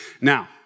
Now